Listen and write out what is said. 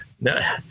No